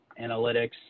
analytics